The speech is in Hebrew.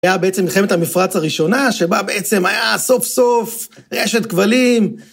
היה בעצם מלחמת המפרץ הראשונה, שבה בעצם היה סוף סוף רשת כבלים.